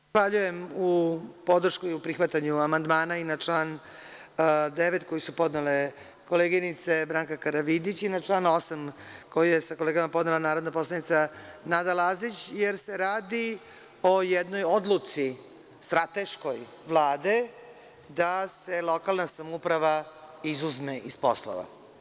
Zahvaljujem na podršci i na prihvatanju amandmana i na član 9. koji su podnele koleginice Branka Karavidić i na član 8. koji je sa kolegama podnela narodna poslanica Nada Lazić, jer se radi o jednoj odluci strateškoj Vlade da se lokalna samouprava izuzme iz poslova.